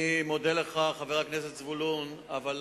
אני מודה לך, חבר הכנסת זבולון אורלב.